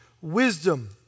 wisdom